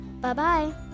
Bye-bye